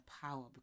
power